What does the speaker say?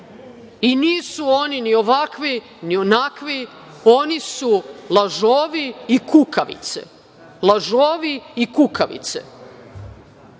oni ni ovakvi, ni onakvi, oni su lažovi i kukavice. Lažovi i kukavice